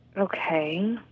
Okay